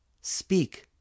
speak